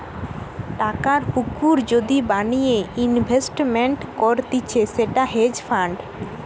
টাকার পুকুর যদি বানিয়ে ইনভেস্টমেন্ট করতিছে সেটা হেজ ফান্ড